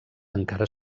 encara